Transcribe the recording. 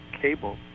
cable